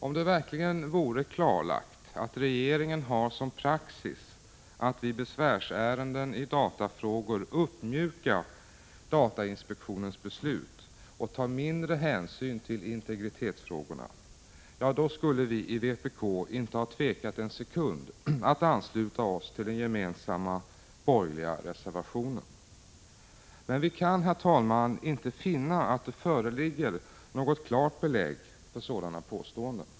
Om det verkligen vore klarlagt att regeringen har som praxis att vid besvärsärenden i datafrågor uppmjuka datainspektionens beslut och ta mindre hänsyn till integritetsfrågorna, ja, då skulle vi i vpk inte ha tvekat en sekund att ansluta oss till den gemensamma borgerliga reservationen. Men vi kan, herr talman, inte finna att det finns något klart belägg för sådana påståenden.